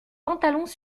pantalons